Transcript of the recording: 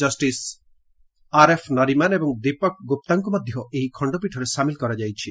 justice RF Nariman ଏବଂ ଦୀପକ ଗୁପ୍ତାଙ୍କୁ ଏହି ଖଣ୍ଡପୀଠରେ ସାମିଲ କରାଯାଇଛି